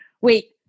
wait